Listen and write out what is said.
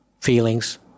feelings